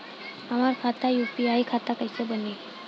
हमार खाता यू.पी.आई खाता कईसे बनी?